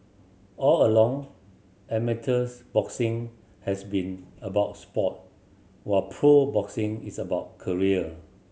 all along amateurs boxing has been about sport while pro boxing is about career